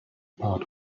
part